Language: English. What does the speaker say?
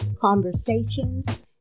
conversations